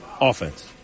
offense